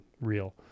real